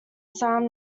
son